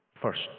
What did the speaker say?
first